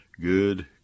good